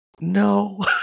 No